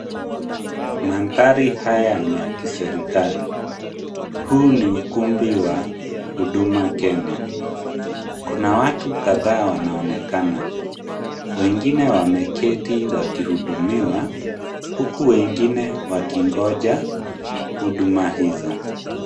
Maandhari haya ni ya kiserikali, huu ni ukumbi wa huduma Kenya. Kuna watu kadhaa wanaonekana wengine wameketi wakihudumiwa huku wengine wakingoja huduma hizo.